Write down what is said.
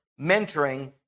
mentoring